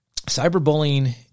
Cyberbullying